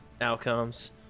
outcomes